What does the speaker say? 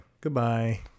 Goodbye